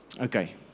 okay